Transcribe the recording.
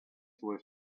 was